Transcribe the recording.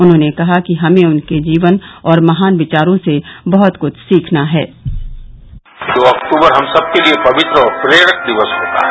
उन्होंने कहा कि हमें उनके जीवन और महान विचारों से बहुत कुछ सीखना है दो अक्तूबर हम सबके लिए पवित्र और प्रेरक दिवस होता है